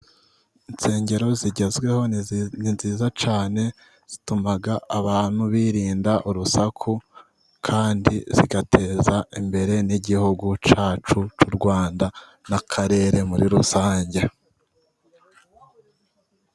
Insengero zigezweho ni nziza cyane zituma abantu birinda urusaku kandi zigateza imbere n'igihugu cyacu cy'u Rwanda n'akarere muri rusange.